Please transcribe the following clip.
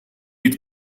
its